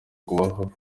kubaho